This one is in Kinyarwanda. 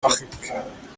parike